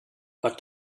but